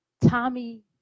Tommy